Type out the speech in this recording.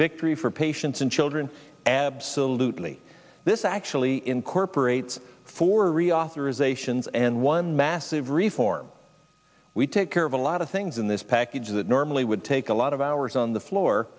victory for patients and children absolutely this actually incorporates for reauthorization zz and one massive reform we take care of a lot of things in this package that normally would take a lot of hours on the floor